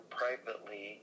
privately